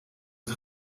het